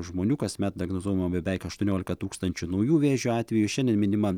žmonių kasmet diagnozuojama beveik aštuoniolika tūkstančių naujų vėžio atvejų šiandien minima